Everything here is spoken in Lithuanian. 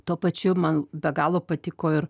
tuo pačiu man be galo patiko ir